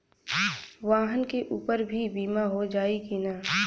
वाहन के ऊपर भी बीमा हो जाई की ना?